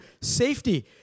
safety